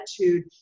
attitude